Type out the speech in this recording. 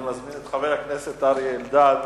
אני מזמין את חבר הכנסת אריה אלדד.